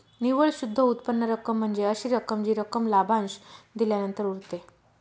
निव्वळ शुद्ध उत्पन्न रक्कम म्हणजे अशी रक्कम जी रक्कम लाभांश दिल्यानंतर उरते